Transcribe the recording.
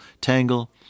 tangle